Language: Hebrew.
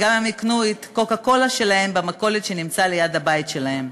והם גם ייקנו את הקוקה-קולה שלהם במכולת שנמצאת ליד הבית שלהם.